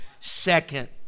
second